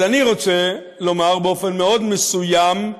אז אני רוצה לומר באופן מאוד מסוים: